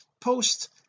post